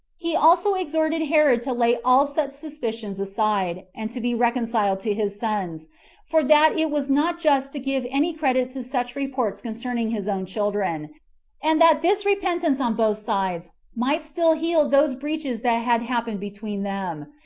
he also exhorted herod to lay all such suspicions aside, and to be reconciled to his sons for that it was not just to give any credit to such reports concerning his own children and that this repentance on both sides might still heal those breaches that had happened between them,